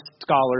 scholars